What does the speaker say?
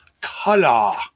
color